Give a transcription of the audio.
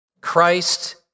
Christ